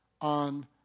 on